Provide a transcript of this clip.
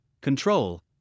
control